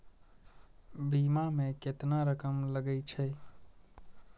बीमा में केतना रकम लगे छै?